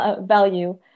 value